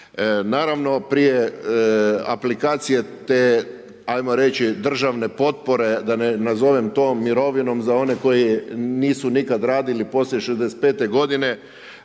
Naravno prije aplikacije te, ajmo reći te državne potpore da ne nazovem to mirovinom za one koji nisu nikad radili poslije 65-te godine,